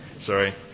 sorry